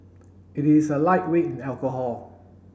it is a lightweight in alcohol